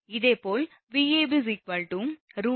இதேபோல் Vab √3Van∠30°